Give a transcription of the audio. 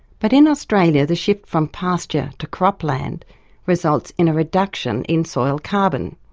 but in australia the shift from pasture to crop land results in a reduction in soil carbon.